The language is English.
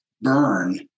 burn